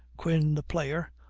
quin the player,